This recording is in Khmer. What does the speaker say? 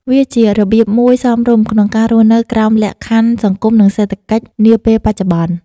វាជារបៀបមួយសមរម្យក្នុងការរស់នៅក្រោមលក្ខខណ្ឌសង្គម និង សេដ្ឋកិច្ចនាពេលបច្ចុប្បន្ន។